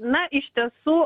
na iš tiesų